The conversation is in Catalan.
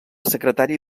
secretari